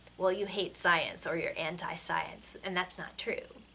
well you hate science, or you're anti-science, and that's not true.